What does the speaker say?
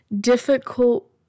difficult